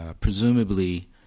Presumably